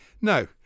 no